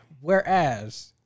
whereas